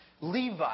Levi